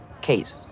Kate